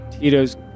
Tito's